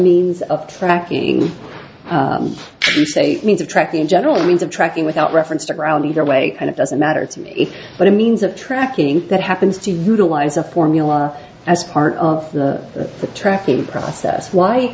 means of tracking a means of tracking generally means of tracking without reference to ground either way and it doesn't matter to me if but a means of tracking that happens to utilize a formula as part of the the tracking process why